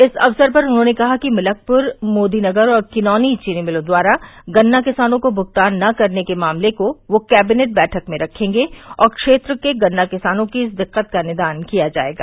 इस अवसर पर उन्होंने कहा कि मलकप्र मोदीनगर और किनौनी चीनी मिलों द्वारा गन्ना किसानों को भूगतान न करने के मामले को वह कैबिनेट बैठक में रखेंगे और क्षेत्र के गन्ना किसानों की इस दिक्कत का निदान किया जोयगा